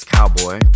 Cowboy